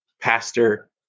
pastor